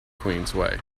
queensway